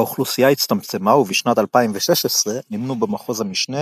האוכלוסייה הצטמצמה ובשנת 2016 נמנו במחוז המשנה